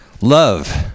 Love